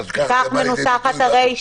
כך מנוסחת הרישה.